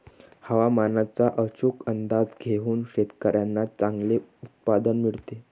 हवामानाचा अचूक अंदाज घेऊन शेतकाऱ्यांना चांगले उत्पादन मिळते